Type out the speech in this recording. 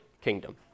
kingdom